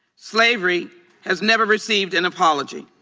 slavery has never received an apology.